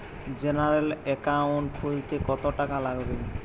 General account খুলতে কত টাকা লাগবে?